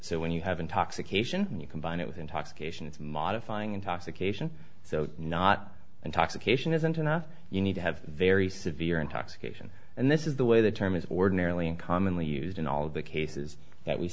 so when you have intoxication and you combine it with intoxication it's modifying intoxication so not intoxication isn't enough you need to have very severe intoxication and this is the way the term is ordinarily in commonly used in all of the cases that we